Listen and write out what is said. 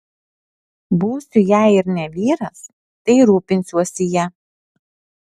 būsiu jei ir ne vyras tai rūpinsiuosi ja